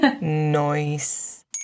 Nice